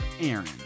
Aaron